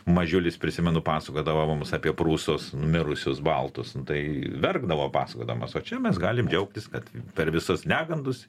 mažiulis prisimenu pasakodavo mums apie prūsus numirusius baltus nu tai verkdavo pasakodamas o čia mes galim džiaugtis kad per visus negandus